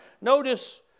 Notice